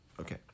Okay